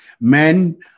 men